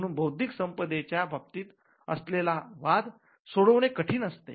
म्हणुन बौद्धीक संपदेच्या बाबतीत असलेला वाद सोडवणे कठीण असते